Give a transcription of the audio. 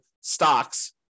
stocks